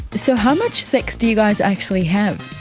so how much sex do you guys actually have?